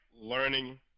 learning